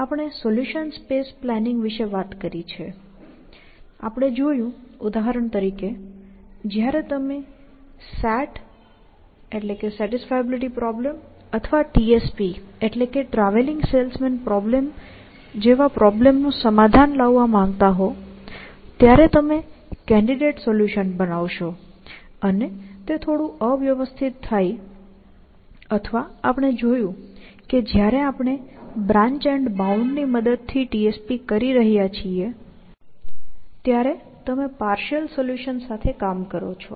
આપણે solution space planning વિશે વાત કરી છે આપણે જોયું ઉદાહરણ તરીકે જ્યારે તમે SAT અથવા TSP જેવા પ્રોબ્લેમ્સનું સમાધાન લાવવા માંગતા હો ત્યારે તમે કેન્ડિડેટ સોલ્યૂશન બનાવશો અને તે થોડું અવ્યવસ્થિત થાય અથવા આપણે જોયું કે જ્યારે આપણે બ્રાન્ચ એન્ડ બાઉન્ડ ની મદદ થી TSP કરી રહ્યા છીએ ત્યારે તમે પાર્શિઅલ સોલ્યૂશન્સ સાથે કામ કરો છો